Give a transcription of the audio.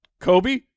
Kobe